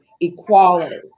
equality